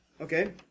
Okay